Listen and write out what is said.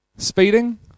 Speeding